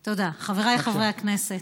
אז חבריי חברי הכנסת,